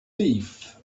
thief